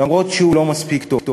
למרות שהוא לא מספיק טוב.